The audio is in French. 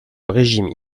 régime